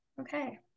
Okay